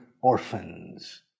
orphans